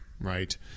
right